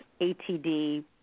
ATD